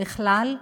בכלל,